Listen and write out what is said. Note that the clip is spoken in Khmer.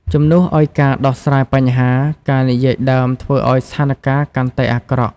ជំនួសឲ្យការដោះស្រាយបញ្ហា ការនិយាយដើមធ្វើឲ្យស្ថានការណ៍កាន់តែអាក្រក់។